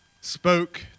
spoke